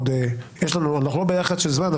אנחנו לא בלחץ של זמן,